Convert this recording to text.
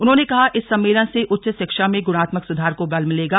उन्होंने कहा इस सम्मेलन से उच्च शिक्षा में गुणात्मक सुधार को बल मिलेगा